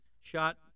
shot